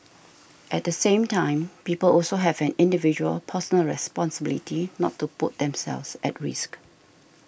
at the same time people also have an individual personal responsibility not to put themselves at risk